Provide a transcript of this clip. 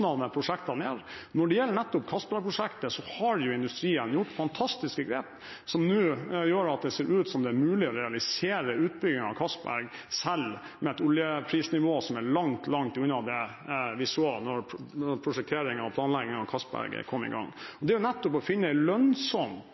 prosjektene ned. Når det gjelder nettopp Johan Castberg-prosjektet, har industrien tatt fantastiske grep som gjør at det nå ser ut som om det er mulig å realisere utbyggingen av Johan Castberg selv med et oljeprisnivå som er langt unna det vi så da prosjekteringen og planleggingen av Johan Castberg kom i gang. Skatt gjør jo